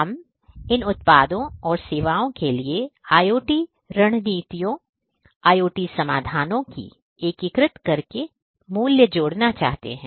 हम इन उत्पादों और सेवाओं के लिए IOT रणनीतियों IIoT समाधानों को एकीकृत करके मूल्य जोड़ना चाहते हैं